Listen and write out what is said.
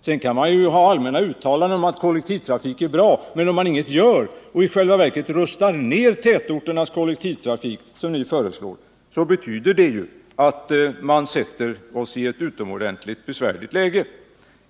Sedan kan man komma med allmänna uttalanden om att kollektivtrafik är bra. Men om man ingenting gör och i själva verket rustar ner tätorternas kollektivtrafik, som ni föreslår, betyder det ju att man sätter oss i ett utomordenligt besvärligt läge.